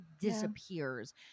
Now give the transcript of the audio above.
disappears